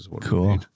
Cool